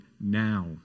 now